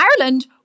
Ireland